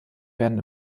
werden